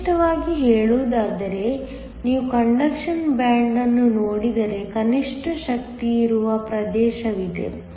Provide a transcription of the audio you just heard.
ನಿರ್ದಿಷ್ಟವಾಗಿ ಹೇಳುವುದಾದರೆ ನೀವು ಕಂಡಕ್ಷನ್ ಬ್ಯಾಂಡ್ ಅನ್ನು ನೋಡಿದರೆ ಕನಿಷ್ಠ ಶಕ್ತಿಯಿರುವ ಪ್ರದೇಶವಿದೆ